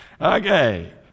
Okay